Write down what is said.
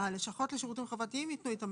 הלשכות לשירותים חברתיים יתנו את המענה.